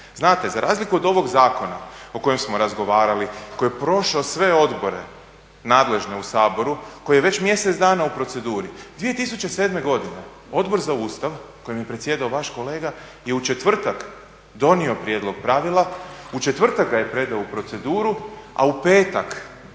Znate, za razliku od ovog zakona o kojem smo razgovarali, koji je prošao sve odbore nadležne u Saboru koji je već mjesec dana u proceduri. 2007. godine Odbor za Ustav kojim je predsjedao vaš kolega je u četvrtak donio prijedlog pravila, u četvrtak ga je predao u proceduru, a u petak